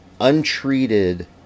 untreated